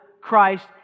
Christ